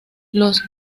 los